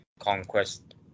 conquest